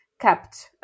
kept